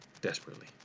Desperately